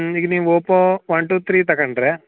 ಈಗ ನೀವು Oppo one two three ತೊಗೊಂಡ್ರೆ